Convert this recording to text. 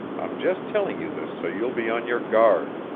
i'm just telling you this so you'll be on your guard.